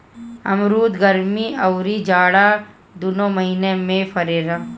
अमरुद गरमी अउरी जाड़ा दूनो महिना में फरेला